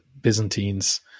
Byzantines